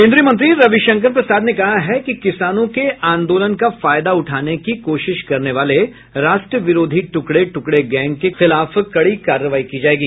केंद्रीय मंत्री रविशंकर प्रसाद ने कहा है कि किसानों के आंदोलन का फायदा उठाने की कोशिश करने वाले राष्ट्र विरोधी टुकड़े टुकड़े गैंग के खिलाफ कड़ी कार्रवाई की जायेगी